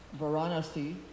Varanasi